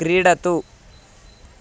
क्रीडतु